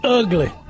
ugly